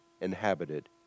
inhabited